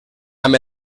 amb